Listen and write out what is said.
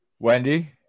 Wendy